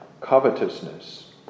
covetousness